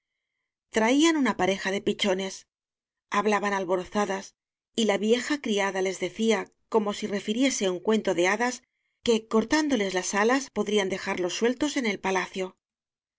traían una pareja de pichones hablaban alborozadas y la vieja criada les decía como si refiriese un cuento de hadas que cortándoles las alas podrían dejarlos sueltos en el palacio